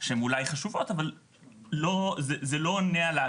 אכיפה זה חשוב, ואפשר גם לדבר על זה.